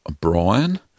Brian